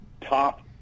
top